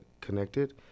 connected